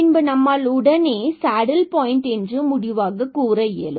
பின்பு நம்மால் உடனே இதனை சேடில் பாயின்ட் என்று முடிவாக கூற இயலும்